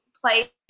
play